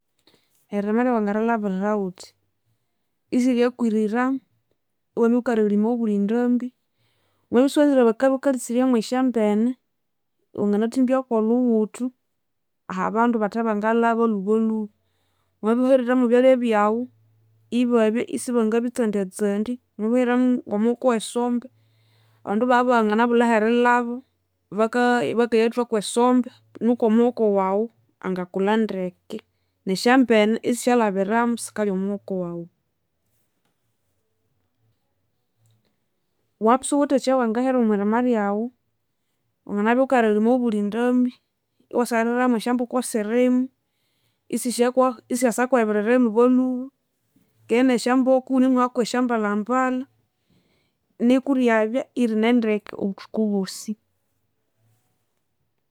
Eririma lyawu wangarilhabirira wutya, isiryakwirira, iwabya wukarilima abuli ndambi, wamabya isiwanzire bakabya bakalisirya mwesyambene wanganathimbya kwolhughuthu ahabandu bathe bangalhaba lhubalhuba. Wamabya iwuherire mwebyalya byawu ibabya isibangabitsandyatsandya. Wamabya iwuheriremu ngomuhoko owesombe abandu ibabanganabulha aherilhaba baka bakayathwa kwesombe nuko omuhoko wawu angakulha ndeke nesyambene isisyalhabiramu sikalya omuhoko wawu. Wamabya isiwuwithe ekyawangahera omwirima lyawu wanginabya wukaririma abulhi ndambi iwasaririra nesyamboko esirimu isisyakwa isisyasa kwebirrere lhuba kenesyamboko iwunemwihaku kwesyambalhabalha niku ryabya irinendeke obuthuku bwosi